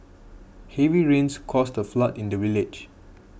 heavy rains caused a flood in the village